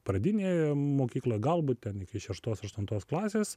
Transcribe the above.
pradinėj mokykloj galbūt ten iki šeštos aštuntos klasės